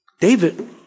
David